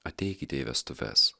ateikite į vestuves